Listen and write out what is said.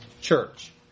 church